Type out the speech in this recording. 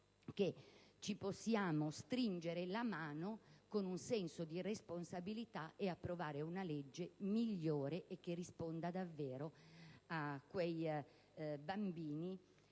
ci possiamo stringere la mano con senso di responsabilità ed approvare una legge migliore, che risponda davvero a quei bambini,